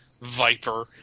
Viper